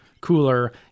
cooler